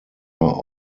are